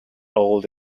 old